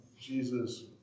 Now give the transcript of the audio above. Jesus